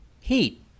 heat